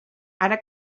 ara